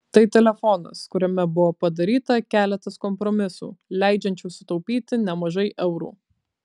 tai telefonas kuriame buvo padaryta keletas kompromisų leidžiančių sutaupyti nemažai eurų